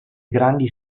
grandi